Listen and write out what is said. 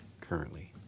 currently